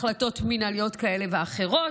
החלטות מינהליות כאלה ואחרות,